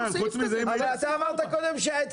אבל אתה אמרת קודם שההתקן לא חשוב.